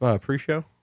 Pre-show